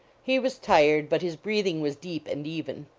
he was tired, but his breathing was deep and even.